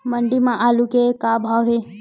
मंडी म आलू के का भाव हे?